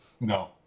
No